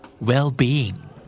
Well-being